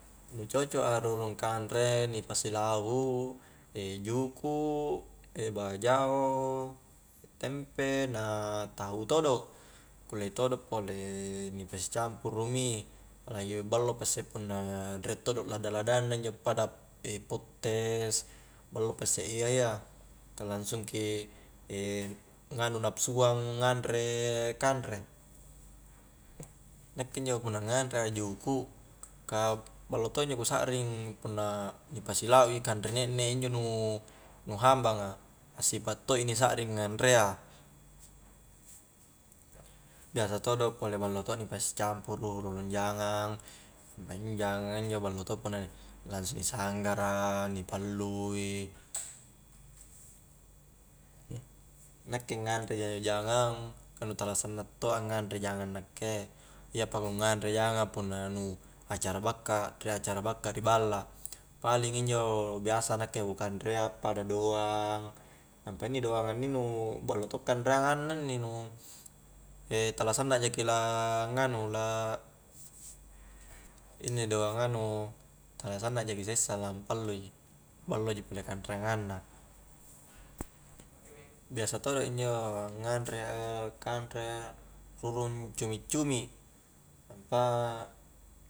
Nu cocok a rurung kanre ni pasi lau' juku' bajao tempe na tahu todo' kulle todo' pole ni pasi campuru mi apalagi ballo passe punna riek todo lada-ladanna injo apada pattes ballopase iyayya, ka langsungki angnganu napsua a nganre kanre nakke injo punna nganre a juku' ka ballo todo injo ku sakring punna ni pasi lau i kanre ne'ne injo nu hambanga, assipa to i ni sakring nganrea biasa todo pole ballo todo ni pasi campuru rurung jangang na injo jangang a injo ballo to punna langsung ni sanggara ni pallui nakke nganre ja injo jangang ka nu tala sanna to a nganre jangang nakke iyapa ku nganre jangang punna nu acara bakka, riek acara bakka ri balla paling injo biasa nakke pada doang, nampa inni doanga inni nu ballo to' kanreangang na inni nu tala sanna jaki la nganu la inni do angnganu tala sanna jaki sessa la ampallu i ballo ji pole kanreagang na biasa todo injo nganrea kanre rurung cumi-cumi, nampa